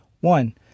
One